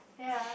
ya